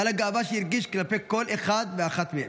ועל הגאווה שהרגיש כלפי כל אחד ואחת מהם.